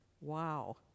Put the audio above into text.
Wow